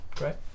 right